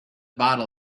bottle